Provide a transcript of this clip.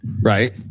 right